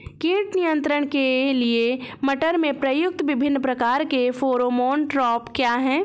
कीट नियंत्रण के लिए मटर में प्रयुक्त विभिन्न प्रकार के फेरोमोन ट्रैप क्या है?